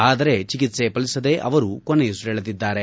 ಆದರೆ ಚಿಕಿತ್ತ ಫಲಿಸದೆ ಅವರು ಕೊನೆಯುಸಿರೆಳೆದಿದ್ದಾರೆ